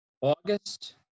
august